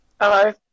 Hello